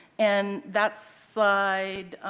and that's slide